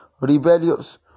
rebellious